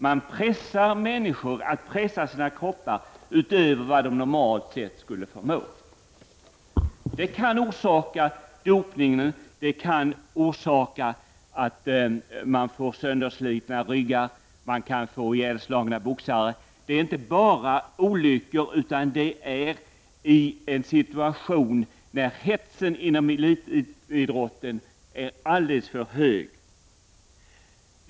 Man pressar människor att pressa sina kroppar utöver vad de normalt sett skulle förmå. Det kan orsaka dopning, och det kan orsaka att man får sönderslitna ryggar, ihjälslagna boxare osv. Det är inte bara olyckor, utan det är i en situation när hetsen inom elitidrotten är alldeles för hög.